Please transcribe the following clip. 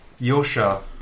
Yosha